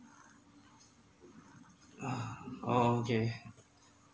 ah oh okay